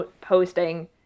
posting